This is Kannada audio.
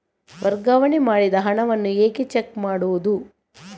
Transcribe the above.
ವರ್ಗಾವಣೆ ಮಾಡಿದ ಹಣವನ್ನು ಹೇಗೆ ಚೆಕ್ ಮಾಡುವುದು?